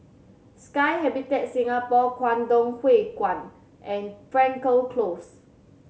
Sky Habitat Singapore Kwangtung Hui Kuan and Frankel Close